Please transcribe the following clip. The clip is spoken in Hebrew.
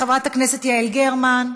חברת הכנסת יעל גרמן.